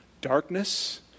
darkness